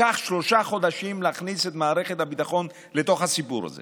לקח שלושה חודשים להכניס את מערכת הביטחון לתוך הסיפור הזה